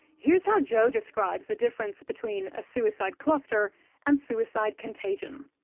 here's how jo describes the difference between a suicide cluster and suicide contagion.